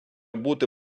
бути